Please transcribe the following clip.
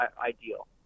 ideal